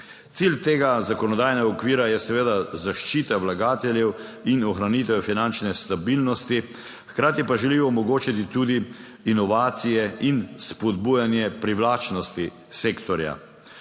Cilj tega zakonodajnega okvira je seveda zaščita vlagateljev in ohranitev finančne stabilnosti, hkrati pa želijo omogočiti tudi inovacije in spodbujanje privlačnosti sektorja.